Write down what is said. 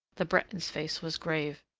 the breton's face was grave.